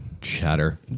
chatter